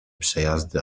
przejazdy